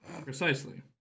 precisely